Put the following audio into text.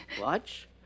Watch